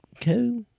cool